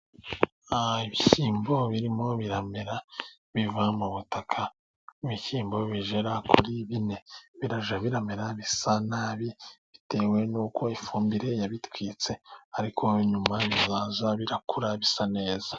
Ibishyimbo birimo biramera biva mu butaka, ibishyimbo bigera kuri bine birajya biramera bisa nabi bitewe n'uko ifumbire yabitwitse, ariko nyuma bizajya birakura bisa neza.